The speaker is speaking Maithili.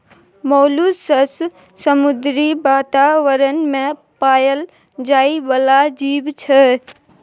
मौलुसस समुद्री बातावरण मे पाएल जाइ बला जीब छै